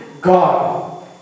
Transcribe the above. god